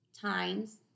times